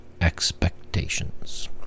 expectations